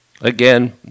Again